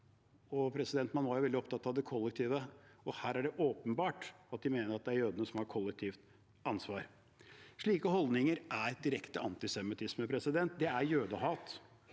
Hamas. Man var veldig opptatt av det kollektive, og her er det åpenbart at de mener at det er jødene som har kollektivt ansvar. Slike holdninger er direkte antisemittisme. Det er jødehat.